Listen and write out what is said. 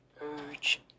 urge